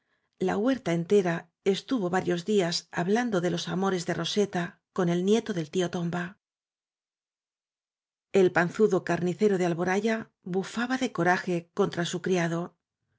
la huerta entera estuvo varios días hablando de los amo res de roseta con el nieto del tío tomba el panzudo carnicero de alboraya bufaba de coraje contra su criado